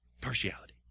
Partiality